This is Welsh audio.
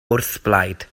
wrthblaid